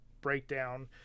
breakdown